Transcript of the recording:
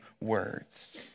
words